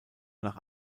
nach